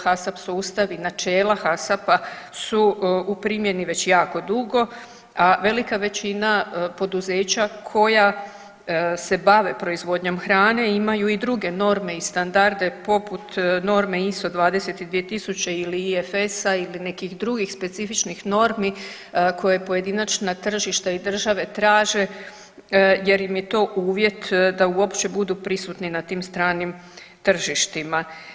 HACCP sustav i načela HACCP-a su u primjeni već jako dugo, a velika većina poduzeća koja se bave proizvodnjom hrane imaju i druge norme i standarde poput norme ISO 22000 ili IFS-a ili nekih drugih specifičnih normi koje pojedinačna tržišta i države traže jer im je to uvjet da uopće budu prisutni na tim stranim tržištima.